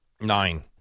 Nine